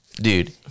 Dude